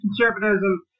conservatism